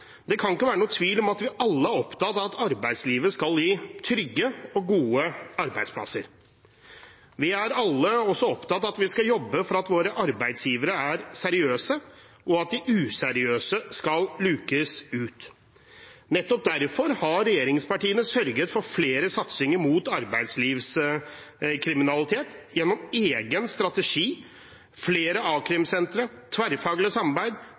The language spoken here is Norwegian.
Det kan ikke være noen tvil om at vi alle er opptatt av at arbeidslivet skal gi trygge og gode arbeidsplasser. Vi er alle også opptatt av at vi skal jobbe for at våre arbeidsgivere er seriøse, og at de useriøse skal lukes ut. Nettopp derfor har regjeringspartiene sørget for flere satsinger mot arbeidslivskriminalitet gjennom en egen strategi, flere a-krimsentre, tverrfaglig samarbeid,